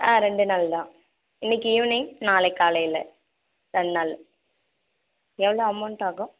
ஆ ரெண்டு நாள் தான் இன்னைக்கி ஈவினிங் நாளைக்கு காலையில் ரெண்டு நாள் எவ்வளோ அமௌண்ட் ஆகும்